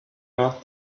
not